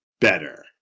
better